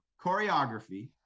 choreography